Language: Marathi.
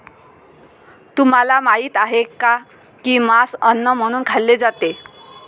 तुम्हाला माहित आहे का की मांस अन्न म्हणून खाल्ले जाते?